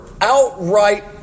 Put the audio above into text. outright